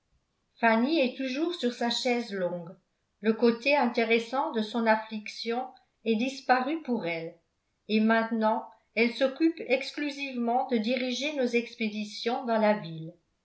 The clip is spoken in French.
fanny est toujours sur sa chaise longue le côté intéressant de son affliction est disparu pour elle et maintenant elle s'occupe exclusivement de diriger nos expéditions dans la ville